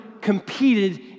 competed